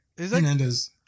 Hernandez